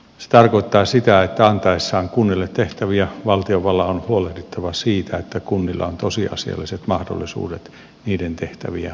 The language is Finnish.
se tarkoittaa sitä että antaessaan kunnille tehtäviä valtiovallan on huolehdittava siitä että kunnilla on tosiasialliset mahdollisuudet niiden tehtävien hoitamiseen